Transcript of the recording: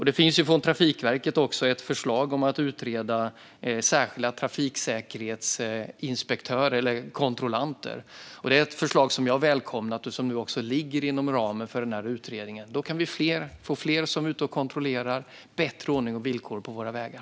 Det finns också ett förslag från Trafikverket om att utreda frågan om särskilda trafiksäkerhetsinspektörer eller kontrollanter, ett förslag som jag välkomnat och som nu ligger inom ramen för utredningen. Då kan vi får fler som är ute och kontrollerar och bättre ordning och villkor på våra vägar.